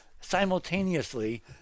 simultaneously